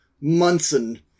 Munson